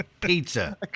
Pizza